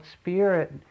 spirit